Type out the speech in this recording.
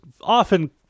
often